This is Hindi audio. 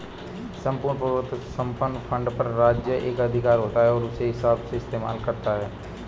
सम्पूर्ण प्रभुत्व संपन्न फंड पर राज्य एकाधिकार होता है और उसे अपने हिसाब से इस्तेमाल करता है